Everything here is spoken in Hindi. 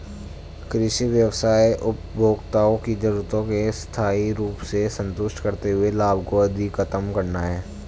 कृषि व्यवसाय उपभोक्ताओं की जरूरतों को स्थायी रूप से संतुष्ट करते हुए लाभ को अधिकतम करना है